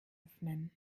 öffnen